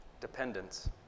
dependence